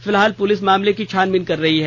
फिलहाल पुलिस मामले की छानबीन कर रही है